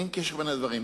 אין קשר בין הדברים.